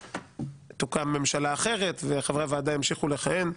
תוקם ממשלה אחרת וחברי הוועדה ימשיכו לכהן.